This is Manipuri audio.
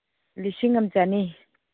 ꯂꯤꯁꯤꯡ ꯑꯃ ꯆꯅꯤ